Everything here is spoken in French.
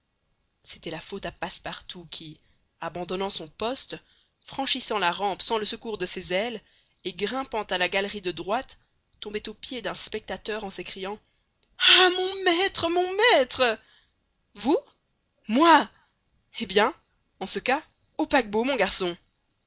c'était la faute à passepartout qui abandonnant son poste franchissant la rampe sans le secours de ses ailes et grimpant à la galerie de droite tombait aux pieds d'un spectateur en s'écriant ah mon maître mon maître vous moi eh bien en ce cas au paquebot mon garçon